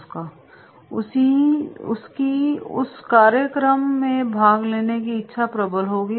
उसकी उस कार्यक्रम में भाग लेने की इच्छा प्रबल होगी